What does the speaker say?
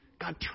God